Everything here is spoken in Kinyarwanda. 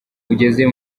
ugeze